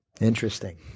interesting